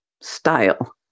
style